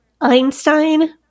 Einstein